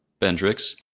Bendrix